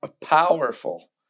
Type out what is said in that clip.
powerful